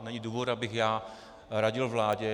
Není důvod, abych já radil vládě.